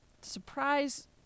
Surprise